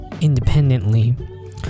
independently